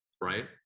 right